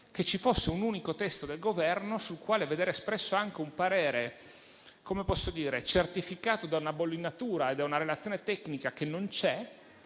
che ci fosse un unico testo del Governo, sul quale vedere espresso un parere certificato da una bollinatura e da una relazione tecnica, che non c'è,